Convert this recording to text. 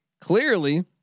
clearly